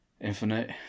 Infinite